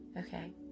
okay